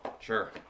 Sure